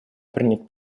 принять